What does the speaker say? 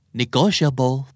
negotiable